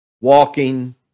walking